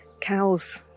cows